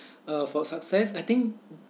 uh for success I think